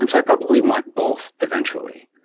and i probably want both eventually.